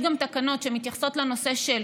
יש גם תקנות שמתייחסות לנושא של